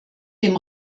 dem